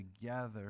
together